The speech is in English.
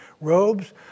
robes